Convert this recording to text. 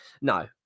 no